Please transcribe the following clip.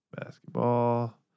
Basketball